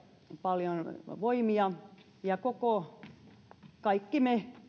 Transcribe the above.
paljon voimia ja kaikki me